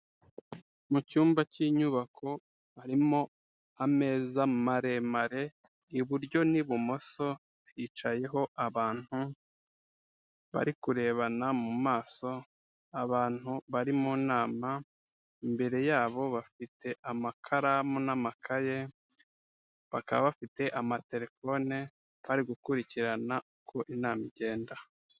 Mu cyumba cy'inyubako harimo ameza maremare, iburyo n'ibumoso hicayeho abantu bari kurebana mu maso, abantu bari mu nama, imbere yabo bafite amakaramu n'amakaye bakaba bafite amaterefone bari gukurikirana uko inama igenda.